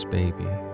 baby